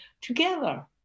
together